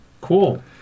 Cool